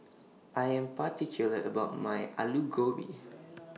I Am particular about My Alu Gobi